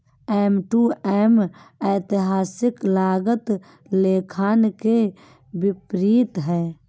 M to M ऐतिहासिक लागत लेखांकन के विपरीत है